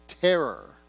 terror